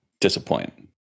disappoint